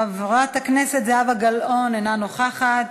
חברת הכנסת זהבה גלאון, אינה נוכחת,